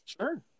Sure